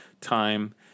time